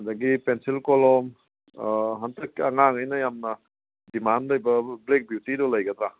ꯑꯗꯒꯤ ꯄꯦꯟꯁꯤꯜ ꯀꯣꯂꯣꯝ ꯑꯥ ꯍꯟꯇꯛ ꯑꯉꯥꯡꯈꯩꯅ ꯌꯥꯝꯅ ꯗꯤꯃꯥꯟ ꯂꯩꯕ ꯕ꯭ꯂꯦꯛ ꯕꯤꯎꯇꯤꯗꯣ ꯂꯩꯒꯗ꯭ꯔꯥ